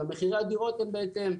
ומחירי הדירות הם בהתאם.